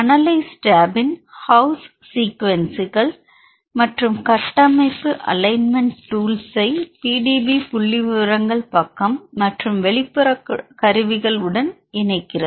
analyse tab இன் house sequence மற்றும் கட்டமைப்பு அலைன்மென்ட் டூல்ஸ் ஐ PDB புள்ளிவிவரங்கள் பக்கம் மற்றும் வெளிப்புற கருவிகள்உடன் இணைக்கிறது